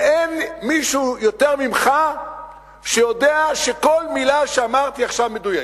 ואין מישהו שיודע יותר ממך שכל מלה שאמרתי עכשיו מדויקת.